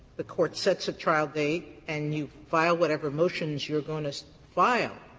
the court sets a trial date, and you file whatever motions you're going to file.